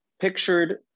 pictured